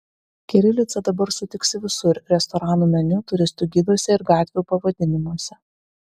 kirilicą dabar sutiksi visur restoranų meniu turistų giduose ir gatvių pavadinimuose